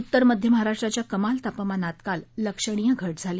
उत्तर मध्य महाराष्ट्राच्या कमाल तापमानात काल लक्षणीय घटिझाली